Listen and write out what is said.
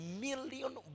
million